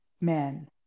men